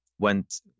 went